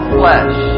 flesh